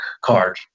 card